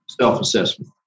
self-assessment